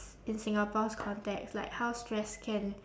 in singapore's context like how stress can